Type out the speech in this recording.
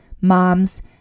moms